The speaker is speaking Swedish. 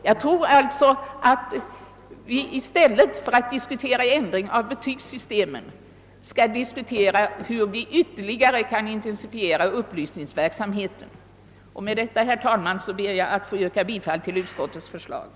Jag tror att vi — i stället för att diskutera en ändring av betygsättningssystemet — bör försöka att ytterligare intensifiera upplysningsverksamheten. Med detta, herr talman, ber jag att få yrka bifall till utskottets hemställan.